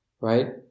right